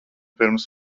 pirms